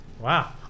Wow